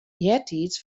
eartiids